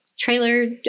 trailer